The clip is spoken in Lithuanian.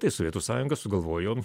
tai sovietų sąjunga sugalvojo